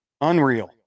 Unreal